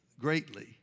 greatly